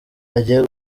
agiye